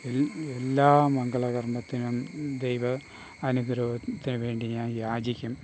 L എല്ലാ മംഗളകർമ്മത്തിനും ദൈവ അനുഗ്രഹത്തിന് വേണ്ടി ഞാൻ യാചിക്കും